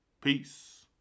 Peace